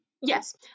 Yes